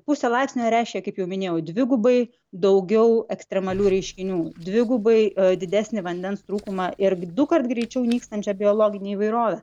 puse laipsnio reiškia kaip jau minėjau dvigubai daugiau ekstremalių reiškinių dvigubai didesnį vandens trūkumą ir dukart greičiau nykstančią biologinę įvairovę